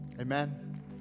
Amen